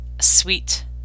sweet